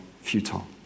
futile